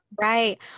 right